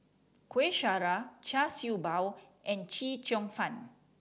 Kueh Syara Char Siew Bao and Chee Cheong Fun